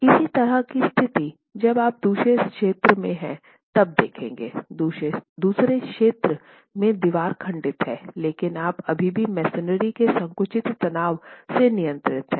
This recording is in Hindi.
इसी तरह की स्थिति जब आप दूसरे क्षेत्र में हैं तब देखेंगे दूसरे क्षेत्र में दीवार खंडित है लेकिन आप अभी भी मसोनरी के संकुचित तनाव से नियंत्रित हैं